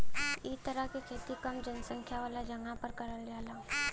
इ तरह के खेती कम जनसंख्या वाला जगह पर करल जाला